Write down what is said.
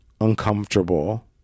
uncomfortable